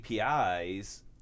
APIs